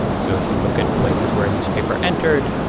so if you look at places where a newspaper entered,